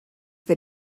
that